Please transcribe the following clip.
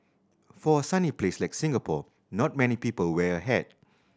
for a sunny place like Singapore not many people wear a hat